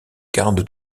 garde